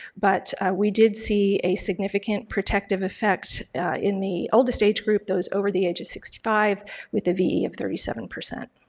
but we did see a significant protective affect in the oldest age group, those over the age of sixty five with the ve of thirty seven.